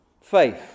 Faith